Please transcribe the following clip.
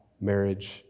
marriage